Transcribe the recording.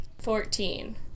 Fourteen